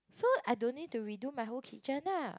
so I don't need to redo my whole kitchen ah